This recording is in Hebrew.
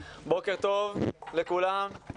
בוקר טוב לכולם,